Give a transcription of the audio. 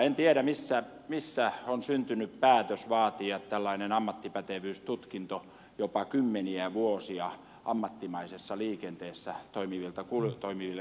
en tiedä missä on syntynyt päätös vaatia tällainen ammattipätevyystutkinto jopa kymmeniä vuosia ammattimaisessa liikenteessä toimineilta kuljettajilta